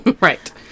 Right